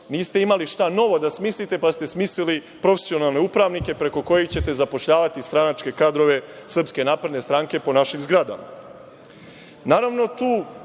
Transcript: niste imali šta novo da smislite, pa ste smislili profesionalne upravnike preko kojih ćete zapošljavati stranačke kadrove SNS po našim zgradama. Naravno, tu